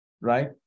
right